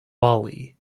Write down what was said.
bali